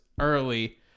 early